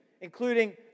including